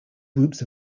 groups